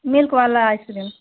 milk वाला ice cream